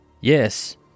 yes